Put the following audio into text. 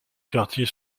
quartier